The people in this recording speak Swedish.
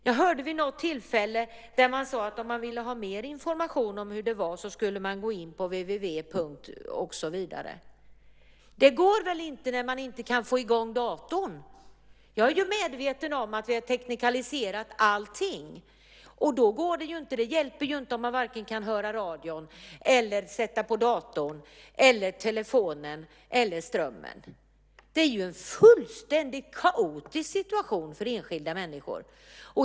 Jag hörde vid något tillfälle att det sades att om man ville ha mer information om hur det var skulle man gå in på www. och så vidare. Det går väl inte när man inte kan få i gång datorn. Jag är medveten om att vi har teknikaliserat allting. Det hjälper ju inte om man varken kan höra radion eller sätta på datorn, telefonen eller strömmen. Det är en fullständigt kaotisk situation för många människor.